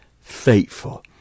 faithful